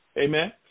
Amen